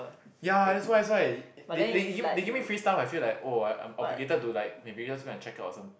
ya that's why that's why they they give me they give me free stuff I feel like oh I'm obligated to like may because my checkout or some